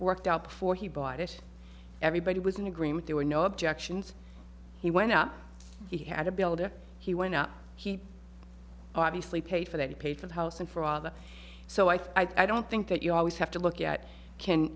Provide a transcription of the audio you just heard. worked out before he bought it everybody was in agreement there were no objections he went up he had a builder he went up he obviously paid for that he paid for the house and for all the so i don't think that you always have to look at